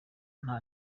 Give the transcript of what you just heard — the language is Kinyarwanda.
nta